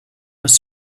was